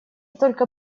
только